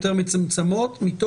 אפילו